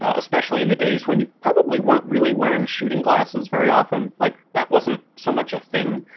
especially in the days when you probably weren't really wearing shooting glasses very often, like that wasn't so much a thing.